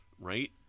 Right